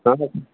नाना जी